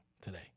today